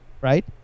Right